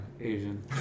Asian